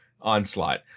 Onslaught